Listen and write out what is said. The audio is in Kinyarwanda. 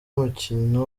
umukino